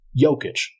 Jokic